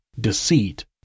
deceit